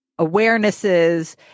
awarenesses